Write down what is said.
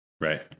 Right